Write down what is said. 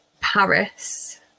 Paris